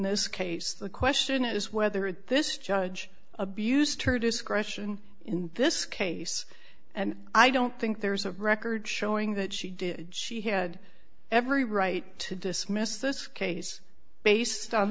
this case the question is whether this judge abused her discretion in this case and i don't think there's a record showing that she did she had every right to dismiss this case based on